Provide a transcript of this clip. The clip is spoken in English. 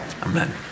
Amen